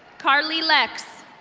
carlie lex.